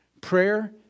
Prayer